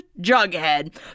Jughead